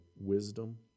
wisdom